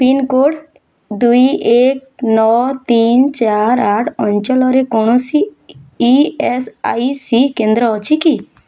pincode ଦୁଇ ଏକ ନଅ ତିନ ଚାରି ଆଠ ଅଞ୍ଚଳରେ କୌଣସି ଇ ଏସ୍ ଆଇ ସି କେନ୍ଦ୍ର ଅଛି କି